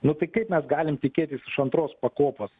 nu tai kaip mes galim tikėtis iš antros pakopos